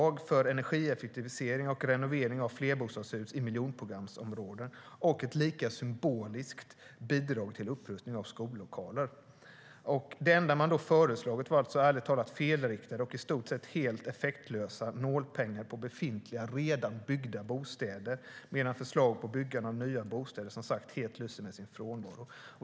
Det var ett för energieffektivisering och renovering av flerbostadshus i miljonprogramsområden. Och det var ett lika symboliskt bidrag till upprustning av skollokaler. Det enda man då föreslagit handlar ärligt talat om felriktade och i stort sett helt effektlösa nålpengar i fråga om befintliga, redan byggda, bostäder. Förslag om byggande av nya bostäder lyser, som sagt, helt med sin frånvaro.